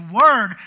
word